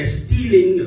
stealing